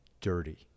dirty